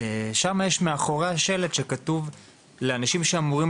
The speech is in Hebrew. שם מאחוריה יש שלט עליו כתוב שאנשים שאמורים